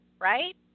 Right